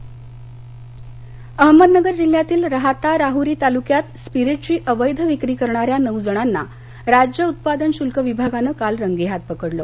अहमदनगर अहमदनगर जिल्ह्यातील राहाता राह्री तालुक्यात स्पिरिट ची अवैध विक्री करणाऱ्या नऊ जणांना राज्य उत्पादन शुल्क विभागानं काल रंगेहाथ पकडलं